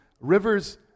rivers